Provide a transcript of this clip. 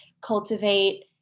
cultivate